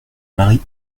marie